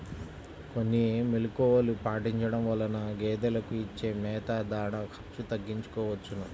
కొన్ని మెలుకువలు పాటించడం వలన గేదెలకు ఇచ్చే మేత, దాణా ఖర్చు తగ్గించుకోవచ్చును